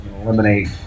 eliminate